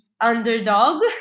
underdog